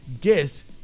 guess